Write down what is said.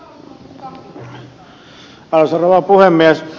arvoisa rouva puhemies